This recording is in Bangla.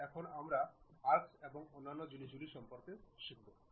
এখন আমরা আর্কস এবং অন্যান্য জিনিসগুলি সম্পর্কে শিখেছি